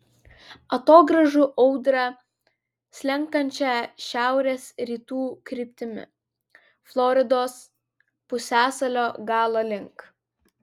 atogrąžų audrą slenkančią šiaurės rytų kryptimi floridos pusiasalio galo link